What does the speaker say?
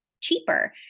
cheaper